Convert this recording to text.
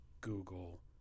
Google